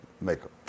Maker